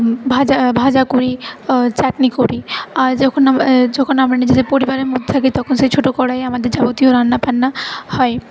ভাজা ভাজা করি চাটনি করি আর যখন আর যখন নিজের পরিবারের মধ্যে থাকি সেই ছোটো কড়াইয়ে আমাদের যাবতীয় রান্না বান্না হয়